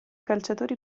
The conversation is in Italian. calciatori